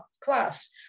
class